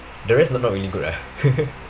the rest not not really good ah